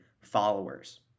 followers